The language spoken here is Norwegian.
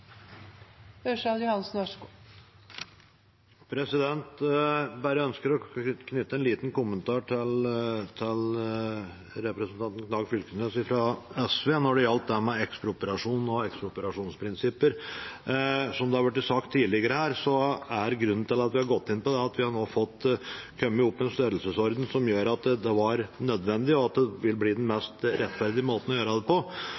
Knag Fylkesnes fra SV når det gjelder det med ekspropriasjon og ekspropriasjonsprinsipper. Som det er blitt sagt tidligere her, er grunnen til at vi har gått inn på det, at vi nå har kommet opp i en størrelsesorden som gjør at det var nødvendig, og at det vil bli den mest rettferdige måten å gjøre det på.